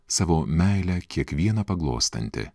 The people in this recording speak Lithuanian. savo meile kiekvieną paglostanti